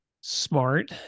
smart